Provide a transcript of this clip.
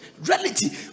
reality